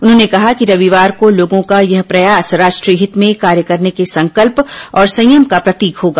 उन्होंने कहा कि रविवार को लोगों का यह प्रयास राष्ट्रीय हित में कार्य करने के संकल्प और संयम का प्रतीक होगा